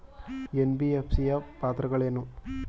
NBFC ಯ ಪಾತ್ರಗಳೇನು?